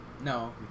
No